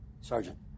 Sergeant